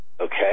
Okay